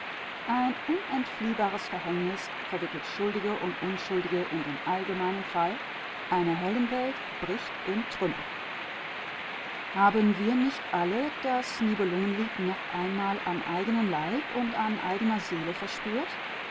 ein unentfliehbares verhängnis verwickelt schuldige und unschuldige in den allgemeinen fall eine heldenwelt bricht in trümmer haben wir nicht alle das nibelungenlied am eigenen leib und an eigener seele verspürt